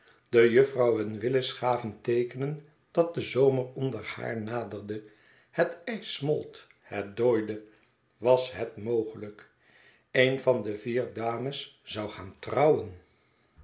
de juffrouwen willis gaven teekenen dat de zomer onder haar naderde het ijs smolt het dooide was het mogelijk een van de vier dames zou gaan trouwen